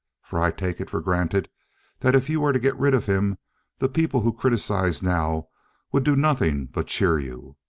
for i take it for granted that if you were to get rid of him the people who criticize now would do nothing but cheer you.